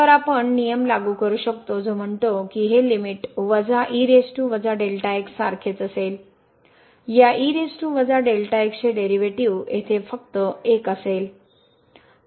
तर आपण नियम लागू करू शकतो जो म्हणतो की हे लिमिट सारखेच असेल या चे डेरीवेटीव येथे फक्त 1 असेल